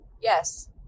Yes